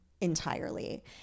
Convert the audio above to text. entirely